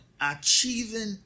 achieving